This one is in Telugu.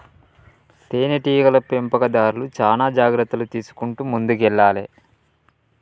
తేనె టీగల పెంపకందార్లు చానా జాగ్రత్తలు తీసుకుంటూ ముందుకెల్లాలే